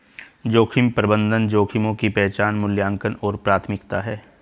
जोखिम प्रबंधन जोखिमों की पहचान मूल्यांकन और प्राथमिकता है